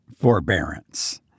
forbearance